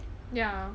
ya